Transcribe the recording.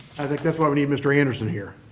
i think that's why we need mr. anderson here.